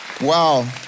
Wow